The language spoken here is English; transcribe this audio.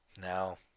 Now